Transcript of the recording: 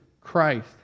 Christ